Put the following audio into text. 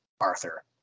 Arthur